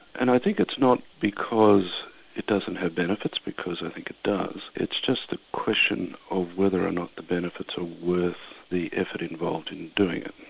and i think it's not because it doesn't have benefits because i think it does, it's just the question of whether or not the benefits are worth the effort involved in doing it.